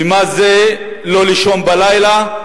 ומה זה לא לישון בלילה,